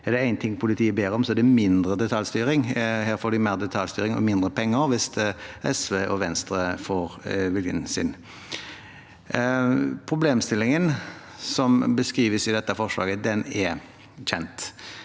Er det en ting politiet ber om, så er det mindre detaljstyring. Her får de mer detaljstyring og mindre penger hvis SV og Venstre får viljen sin. Problemstillingen som beskrives i dette forslaget, er kjent.